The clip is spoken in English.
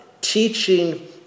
teaching